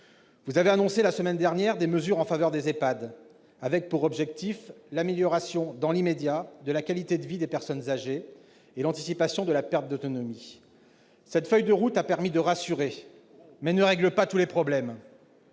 a annoncé la semaine dernière des mesures en faveur des EHPAD, avec pour objectif l'amélioration « dans l'immédiat de la qualité de vie des personnes âgées » et l'anticipation de la perte d'autonomie. Cette feuille de route a permis de rassurer, mais ne règle pas tous les problèmes.